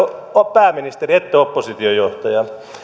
pääministeri ette oppositiojohtaja